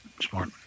smart